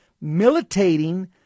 militating